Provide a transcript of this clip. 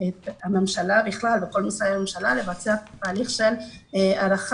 הממשלה בכלל ואת כל משרדי הממשלה לבצע תהליך של השפעת